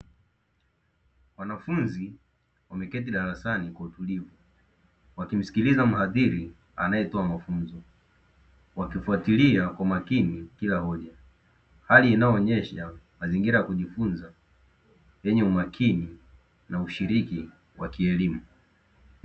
Wanafunzi wameketi darasani kwa utulivu wakimsikiliza mhadhiri anayetoa mafunzo, wakifuatilia kwa makini kila hoja hali inayoonesha mazingira ya kujifunza yenye umakini na ushiriki wa kielimu.